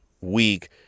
week